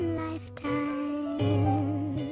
lifetime